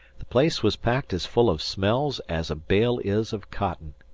the place was packed as full of smells as a bale is of cotton.